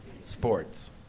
sports